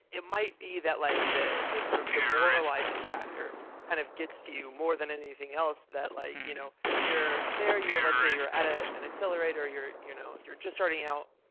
it might be that like the the sort of demoralizing factor kind of gets to you more than anything else that like you know you're there, let's say you're at ah an accelerator, you're you know you're just starting out,